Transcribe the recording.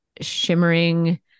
shimmering